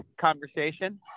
conversation